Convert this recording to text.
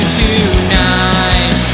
tonight